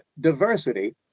diversity